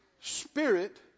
spirit